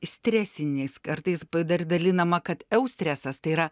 stresinis kartais dar dalinama kad eustresas tai yra